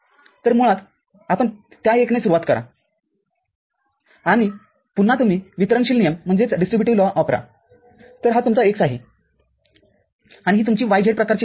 तर मुळात तुम्ही त्या १ ने सुरूवात करा आणि पुन्हा तुम्ही वितरणशील नियमवापरा तर हा तुमचा x आहे आणि ही तुमची y z प्रकारची गोष्ट आहे